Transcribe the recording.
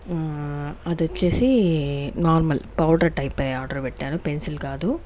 అదొచ్చేసి normal powder type ఏ order పెట్టాను pencil కాదు